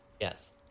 yes